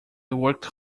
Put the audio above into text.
worked